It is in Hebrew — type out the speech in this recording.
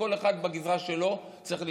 כל אחד בגזרה שלו צריך להילחם.